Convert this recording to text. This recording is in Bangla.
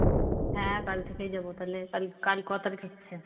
হ্যাঁ কাল থেকেই যাব তাহলে কাল কাল ক তারিখ হচ্ছে